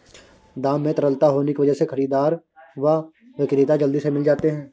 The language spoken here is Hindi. दाम में तरलता होने की वजह से खरीददार व विक्रेता जल्दी से मिल जाते है